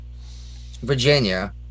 virginia